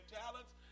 talents